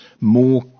more